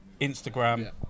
instagram